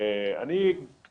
כפי שאמרת,